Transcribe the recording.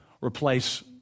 replace